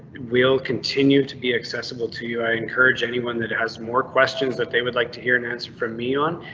we'll continue to be accessible to you. i encourage anyone that has more questions that they would like to hear an answer from me on.